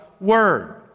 word